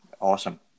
Awesome